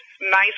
nice